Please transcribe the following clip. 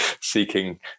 seeking